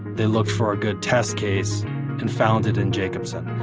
they looked for a good test case and found it in jacobson.